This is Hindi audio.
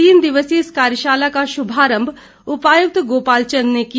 तीन दिवसीय इस कार्यशाला का शुभारम्भ उपायुक्त गोपाल चंद ने किया